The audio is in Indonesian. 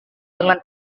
dengan